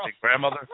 Grandmother